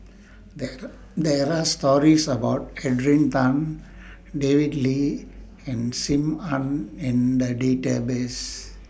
There There Are stories about Adrian Tan David Lee and SIM Ann in The Database